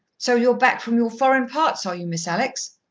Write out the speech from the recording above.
so you are back from your foreign parts, are you, miss alex?